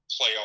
playoff